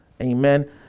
Amen